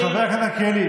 חבר הכנסת מלכיאלי,